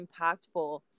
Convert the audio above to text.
impactful